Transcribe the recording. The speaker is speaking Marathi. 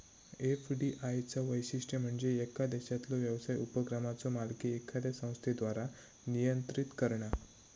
एफ.डी.आय चा वैशिष्ट्य म्हणजे येका देशातलो व्यवसाय उपक्रमाचो मालकी एखाद्या संस्थेद्वारा नियंत्रित करणा